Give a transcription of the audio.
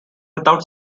without